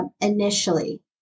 initially